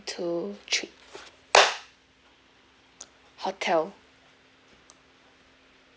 two three hotel